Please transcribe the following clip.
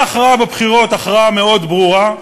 הייתה הכרעה בבחירות, הכרעה מאוד ברורה,